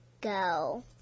Go